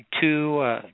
two